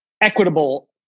equitable